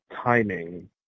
timing